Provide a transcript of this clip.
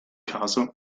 caso